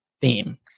theme